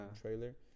trailer